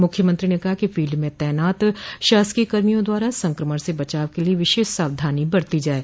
मुख्यमंत्री ने कहा कि फील्ड में तैनात शासकीय कर्मियों द्वारा संक्रमण से बचाव के लिय विशेष सावधानी बरती जाये